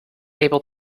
able